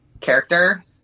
character